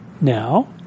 now